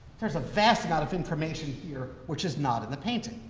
there's a vast amount of information here which is not in the painting,